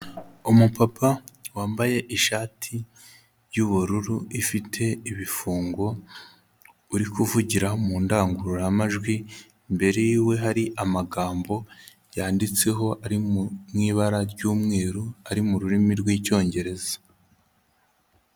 Umupapa wambaye ishati y'ubururu ifite ibifungo uri kuvugira mu ndangururamajwi, imbere yiwe hari amagambo yanditseho ari mu ibara ry'umweru ari mu rurimi rw'icyongereza.